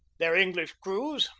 their english crews,